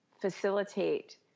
facilitate